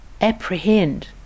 apprehend